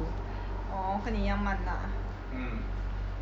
orh 跟你一样慢啦